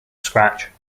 scratch